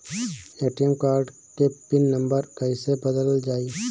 ATM card के PIN number कईसे बदलल जाई?